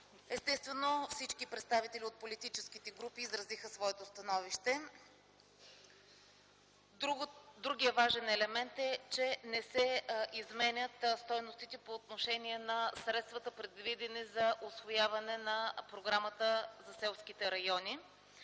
Естествено, всички представители от политическите групи изразиха своето становище. Другият важен елемент е, че не се изменят стойностите по отношение на средствата, предвидени за усвояване на програмата за селските райони